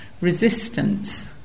resistance